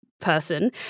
person